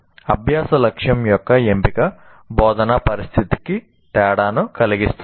అభ్యాస లక్ష్యం యొక్క ఎంపిక బోధనా పరిస్థితికి తేడాను కలిగిస్తుంది